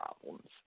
problems